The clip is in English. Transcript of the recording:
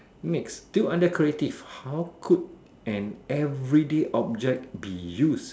next still under creative how could an everyday object be use